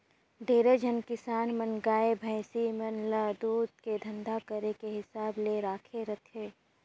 ढेरे झन किसान मन गाय, भइसी मन ल दूद के धंधा करे के हिसाब ले राखथे